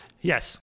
yes